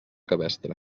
cabestre